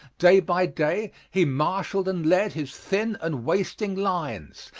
day by day, he marshalled and led his thin and wasting lines,